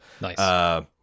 Nice